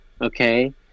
Okay